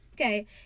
Okay